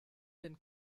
den